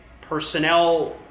personnel